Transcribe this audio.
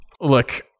Look